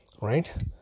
right